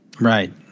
right